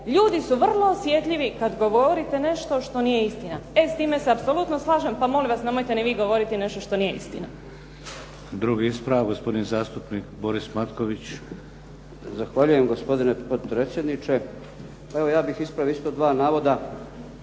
"Ljudi su vrlo osjetljivi kad govorite nešto što nije istina." E s time se apsolutno slažem pa molim vas nemojte ni vi govoriti nešto što nije istina. **Šeks, Vladimir (HDZ)** Drugi ispravak. Gospodin zastupnik Boris Matković. **Matković, Borislav (HDZ)** Zahvaljujem, gospodine potpredsjedniče. Evo ja bih ispravio isto dva navoda,